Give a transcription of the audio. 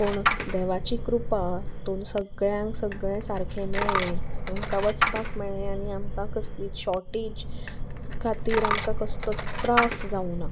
पूण देवाची कृपातून सगळ्यांक सगळें सारकें मेळ्ळें आमकां वचपाक मेळ्ळे आनी आमकां कसली शॉर्टेज खातीर आमकां कसलोच त्रास जावं ना